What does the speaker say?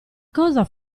cosa